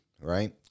right